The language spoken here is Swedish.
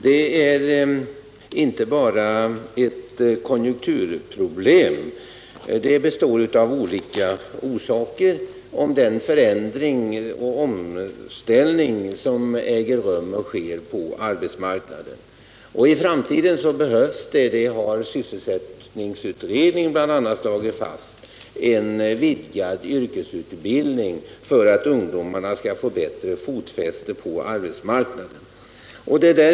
Den är inte bara ett konjunkturproblem utan beror på den förändring och omställning som äger rum på arbetsmarknaden. I framtiden behövs — det har bl.a. sysselsättningsutredningen slagit fast — en vidgad yrkesutbildning för att ungdomarna skall få bättre fotfäste på arbetsmarknaden.